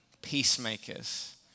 Peacemakers